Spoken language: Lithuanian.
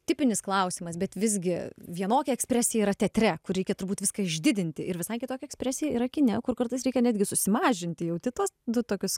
tipinis klausimas bet visgi vienokia ekspresija yra teatre kur reikia turbūt viską išdidinti ir visai kitokia ekspresija yra kine kur kartais reikia netgi susimažinti jauti tuos du tokius